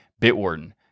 Bitwarden